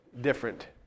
different